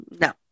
No